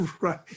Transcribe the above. Right